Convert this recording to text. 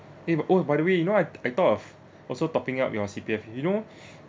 eh oh by the way you know I I thought of also topping up your C_P_F you know